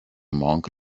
monk